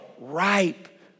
ripe